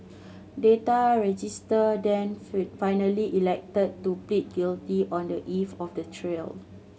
Data Register then finally elected to plead guilty on the eve of the trial